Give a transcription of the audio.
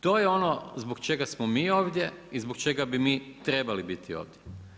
To je ono zbog čega smo mi ovdje i zbog čega bi mi trebali biti ovdje.